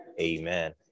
Amen